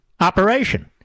operation